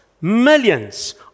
millions